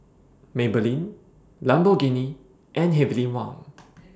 Maybelline Lamborghini and Heavenly Wang